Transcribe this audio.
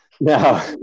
No